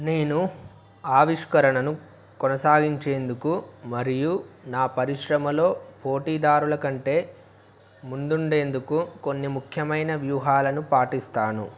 నేను ఆవిష్కరణను కొనసాగించేందుకు మరియు నా పరిశ్రమలో పోటీదారుల కంటే ముందుండేందుకు కొన్ని ముఖ్యమైన వ్యూహాలను పాటిస్తాను